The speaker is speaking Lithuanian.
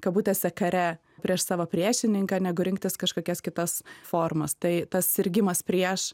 kabutėse kare prieš savo priešininką negu rinktis kažkokias kitas formas tai tas sirgimas prieš